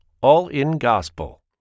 all-in-gospel